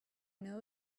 know